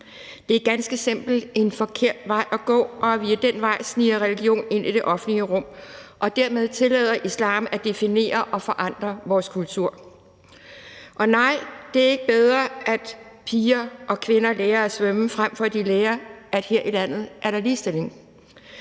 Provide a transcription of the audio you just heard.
Det er ganske simpelt en forkert vej at gå, at vi ad den vej sniger religion ind i det offentlige rum og dermed tillader islam at definere og forandre vores kultur. Og nej, det er ikke bedre, at piger og kvinder lærer at svømme, frem for at de lærer, at her i landet er der ligestilling.